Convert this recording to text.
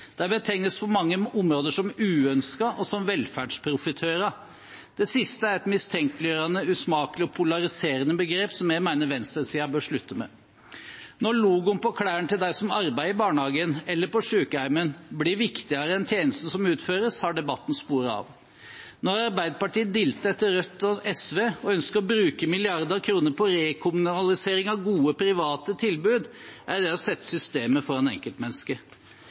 De betegnes på mange områder som uønsket og som velferdsprofitører. Det siste er et mistenkeliggjørende, usmakelig og polariserende begrep, som jeg mener venstresiden bør slutte med. Når logoen på klærne til de som arbeider i barnehagen eller på sykehjemmet, blir viktigere enn tjenesten som utføres, har debatten sporet av. Når Arbeiderpartiet dilter etter Rødt og SV og ønsker å bruke milliarder av kroner på rekommunalisering av gode private tilbud, er det å sette systemet